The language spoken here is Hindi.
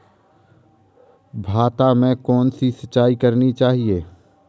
भाता में कौन सी सिंचाई करनी चाहिये?